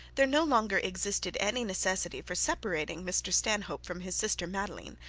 there no longer existed any necessity for separating mr stanhope from his sister madeline,